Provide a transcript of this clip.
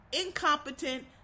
incompetent